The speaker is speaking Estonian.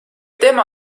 tema